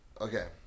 Okay